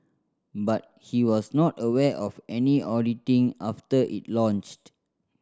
but he was not aware of any auditing after it launched